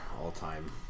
all-time